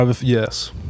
Yes